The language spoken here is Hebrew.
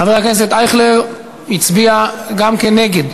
חבר הכנסת אייכלר הצביע גם כן נגד.